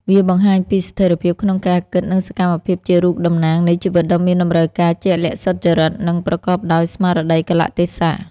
វាបង្ហាញពីស្ថិរភាពក្នុងការគិត និងសកម្មភាពជារូបតំណាងនៃជីវិតដ៏មានតំរូវការជាក់លាក់ សុចរិត និងប្រកបដោយស្មារតីកាលៈទេសៈ។